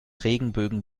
regenbögen